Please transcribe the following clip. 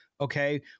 Okay